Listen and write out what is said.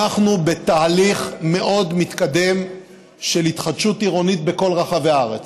אנחנו בתהליך מאוד מתקדם של התחדשות עירונית בכל רחבי הארץ,